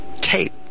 tape